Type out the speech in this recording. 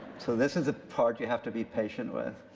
so this is a part you have to be patient with.